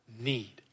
need